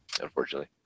unfortunately